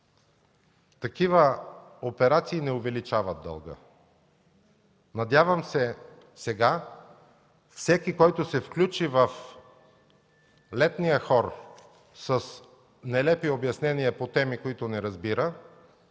Такива операции не увеличават дълга. Надявам се сега всеки, който се включи в летния хор с нелепи обяснения по теми, които не разбира,